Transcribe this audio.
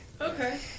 Okay